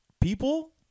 people